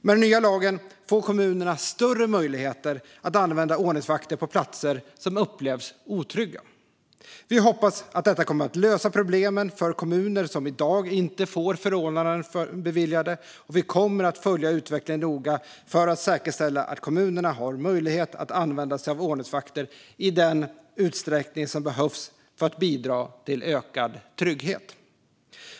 Med den nya lagen får kommunerna större möjligheter att använda ordningsvakter på platser som upplevs som otrygga. En ny lag om ordningsvakter Vi hoppas att detta kommer att lösa problemen för kommuner som i dag inte får förordnanden beviljade, och vi kommer att följa utvecklingen noga för att säkerställa att kommunerna har möjlighet att använda sig av ordningsvakter i den utsträckning som behövs för att bidra till ökad trygghet.